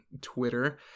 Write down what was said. Twitter